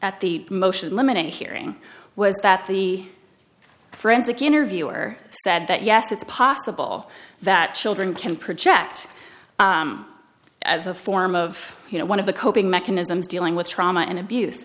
at the motion limit hearing was that the forensic interviewer said that yes it's possible that children can project as a form of you know one of the coping mechanisms dealing with trauma and abuse